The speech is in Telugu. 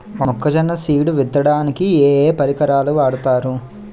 మొక్కజొన్న సీడ్ విత్తడానికి ఏ ఏ పరికరాలు వాడతారు?